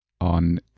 on